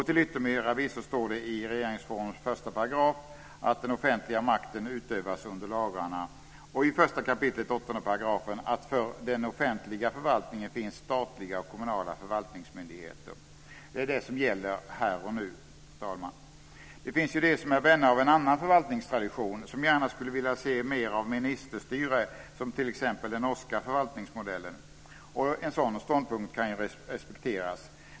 Till yttermera visso står det i regeringsformen 1 § att den offentliga makten utövas under lagarna och i 1 kap. 8 § att det för den offentliga förvaltningen finns statliga och kommunala förvaltningsmyndigheter. Det är det som gäller här och nu, fru talman. Det finns ju de som är vänner av en annan förvaltningstradition som gärna skulle vilja se mer av ministerstyre, som t.ex. den norska förvaltningsmodellen. Och en sådan ståndpunkt kan respekteras.